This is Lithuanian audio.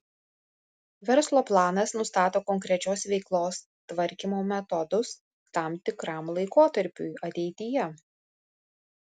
verslo planas nustato konkrečios veiklos tvarkymo metodus tam tikram laikotarpiui ateityje